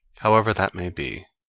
however that may be,